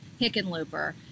Hickenlooper